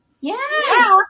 Yes